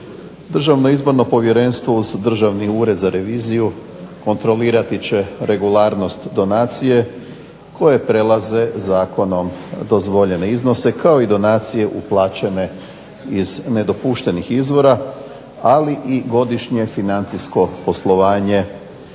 Državno izborno povjerenstvo uz Državni ured za reviziju kontrolirati će regularnost donacije koje prelaze zakonom dozvoljene iznose kao i donacije uplaćene iz nedopuštenih izvora, ali i godišnje financijsko poslovanje